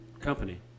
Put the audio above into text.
company